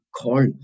call